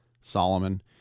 Solomon